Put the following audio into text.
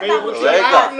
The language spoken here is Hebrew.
רגע.